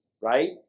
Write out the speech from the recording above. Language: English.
Right